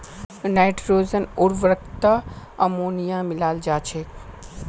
nitrogen उर्वरकत ammonia मिलाल जा छेक